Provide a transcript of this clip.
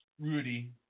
Rudy